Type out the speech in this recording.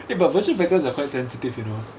eh but virtual backgrounds are quite tentative you know